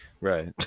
Right